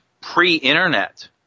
pre-internet